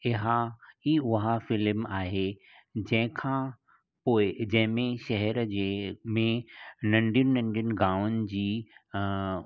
इहा ई उहा फ़िल्म आहे जंहिंखां पोइ जंहिं में शहर जे में नंढियुनि नंढियुनि गांवनि